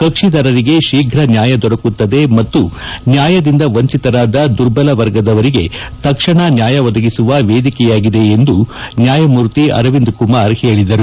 ಕಕ್ಷಿದಾರರಿಗೆ ಶೀಘ ನ್ನಾಯ ದೊರಕುತ್ತದೆ ಮತ್ತು ನ್ನಾಯದಿಂದ ವಂಚಿತರಾದ ದುರ್ಬಲ ವರ್ಗದವರಿಗೆ ತಕ್ಷಣ ನ್ನಾಯ ಒದಗಿಸುವ ವೇದಿಕೆಯಾಗಿದೆ ಎಂದು ನ್ಯಾಯಮೂರ್ತಿ ಅರವಿಂದ ಕುಮಾರ್ ಹೇಳಿದರು